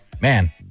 man